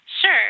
Sure